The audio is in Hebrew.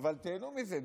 אבל תיהנו מזה,